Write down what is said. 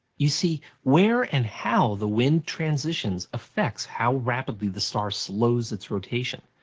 you see, where and how the wind transitions affects how rapidly the star slows its rotation.